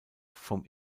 vom